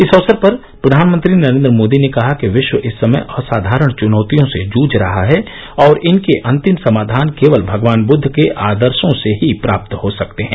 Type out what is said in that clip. इस अवसर पर प्रधानमंत्री नरेंद्र मोदी ने कहा कि विश्व इस समय असाधारण चुनौतियों से जूझ रहा है और इनके अंतिम समाधान केवल भगवान बुद्द के आदर्शो से ही प्राप्त हो सकते हैं